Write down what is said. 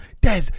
Des